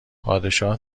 پادشاه